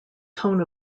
tone